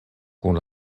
kun